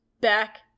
Back